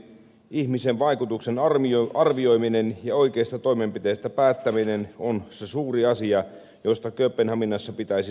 ihmisen vaikutuksen arvioiminen ja oikeista toimenpiteistä päättäminen ovat ne suuret asiat joista kööpenhaminassa pitäisi sopia